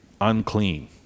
unclean